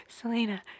selena